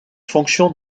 fonction